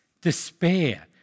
Despair